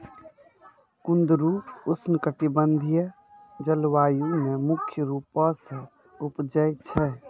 कुंदरु उष्णकटिबंधिय जलवायु मे मुख्य रूपो से उपजै छै